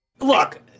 look